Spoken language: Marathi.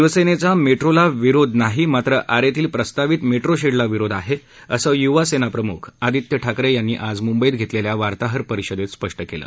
शिवसेनेचा मेट्रोला विरोधनाही मात्र आरेतील प्रस्तावित मेट्रोशेडला विरोध आहे असं युवासेनाप्रमुख आदित्य ठाकरे यांनी आज मुंबईत घेतलेल्या वार्ताहर परिषदेत स्पष्ट केलं